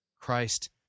Christ